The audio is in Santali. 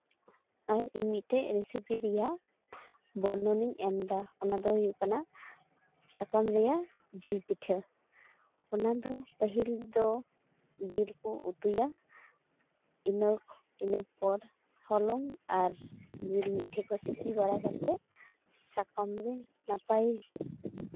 ᱟᱨ ᱤᱧ ᱢᱤᱫᱴᱮᱡ ᱨᱮᱥᱤᱯᱤ ᱨᱮᱭᱟᱜ ᱵᱚᱨᱱᱚᱱ ᱤᱧ ᱮᱢᱫᱟ ᱚᱱᱟᱫᱚ ᱦᱩᱭᱩᱜ ᱠᱟᱱᱟ ᱥᱟᱠᱟᱢ ᱨᱮᱭᱟᱜ ᱡᱤᱞ ᱯᱤᱴᱷᱟᱹ ᱚᱱᱟᱫᱚ ᱯᱟᱹᱦᱤᱞ ᱫᱚ ᱡᱤᱞ ᱠᱚ ᱩᱛᱩᱭᱟ ᱤᱱᱟᱹ ᱯᱚᱨ ᱦᱚᱞᱚᱝ ᱟᱨ ᱡᱤᱞ ᱢᱤᱫ ᱴᱮᱡ ᱠᱚ ᱥᱤᱯᱤ ᱵᱟᱲᱟ ᱠᱟᱛᱮᱜ ᱥᱟᱠᱟᱢ ᱨᱮ ᱱᱟᱯᱟᱭ